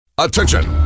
Attention